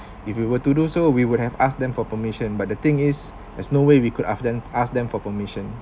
if you were to do so we would have asked them for permission but the thing is there's no way we could af~ them ask them for permission